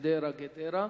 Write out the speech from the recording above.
חדרה גדרה,